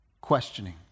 questioning